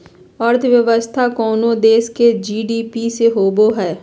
अर्थव्यवस्था कोनो देश के जी.डी.पी से होवो हइ